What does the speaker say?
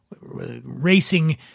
racing